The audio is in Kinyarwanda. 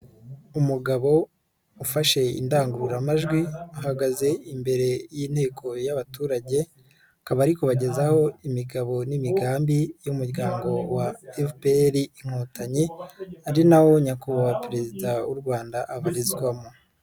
Umugabo ufashe indangururamajwi ahagaze imbere y'inteko y'abaturage, akabari kubagezaho imigabo n'imigambi y'Umuryango wa FPR inkotanyi ari nahowo Nyakubahwa Perezida w'u Rwanda abarizwamo.